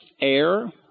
air